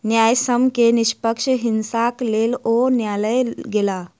न्यायसम्य के निष्पक्ष हिस्साक लेल ओ न्यायलय गेला